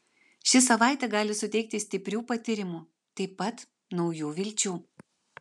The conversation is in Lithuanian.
ši savaitė gali suteikti stiprių patyrimų o taip pat naujų vilčių